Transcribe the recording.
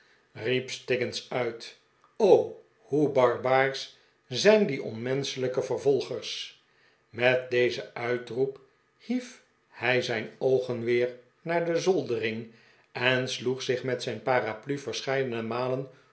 stiggins uit r o hoe barbaarsch zijn die onmenschelijke vervolgers met dezen uitroep hief hij zijn oogen weer naar de zoldering en sloeg zich met zijn paraplu verscheidene malen